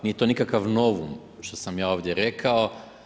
Nije to nikakav novom, što sam ja to ovdje rekao.